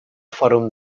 fòrum